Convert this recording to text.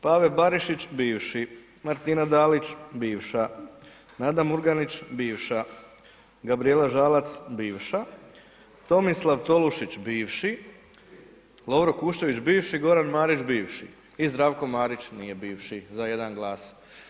Pave Barišić bivši, Martina Dalić bivša, Nada Murganić bivša, Gabrijela Žalac bivša, Tomislav Tolušić bivši, Lovro Kuščević bivši, Goran Marić bivši i Zdravko Marić nije bivši za jedna glas.